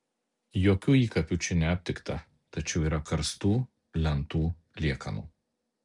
jokių įkapių čia neaptikta tačiau yra karstų lentų liekanų